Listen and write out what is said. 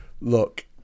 look